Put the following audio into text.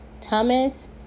Thomas